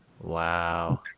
Wow